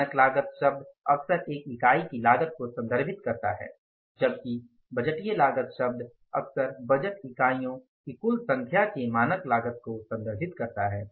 मानक लागत शब्द अक्सर एक इकाई की लागत को संदर्भित करता है जबकि बजटीय लागत शब्द अक्सर बजट इकाइयों की कुल संख्या के मानक लागत को संदर्भित करता है